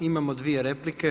Imamo dvije replike.